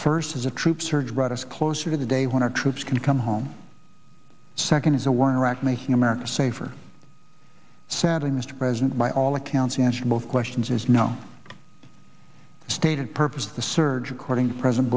first is a troop surge brought us closer to the day when our troops can come home second is a war in iraq making america safer said in president by all accounts the answer both questions is no stated purpose of the surge according to president